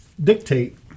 Dictate